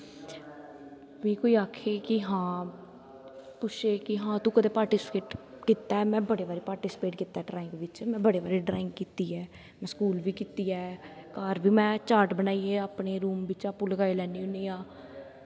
मीं कोई आक्खै कि हां पुच्छे कि हां तू कदें पार्टिसिपेट कीता ऐ में बड़े बारी पार्टिसिपेट कीता ऐ ड्राईंग बिच्च में बड़े बारी ड्राईंग कीती ऐ में स्कूल बी कीती ऐ घर बी में चार्ट बनाइयै अपने रूम बिच्च आपूं लगाई लैन्नी आं